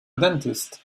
dentist